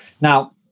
now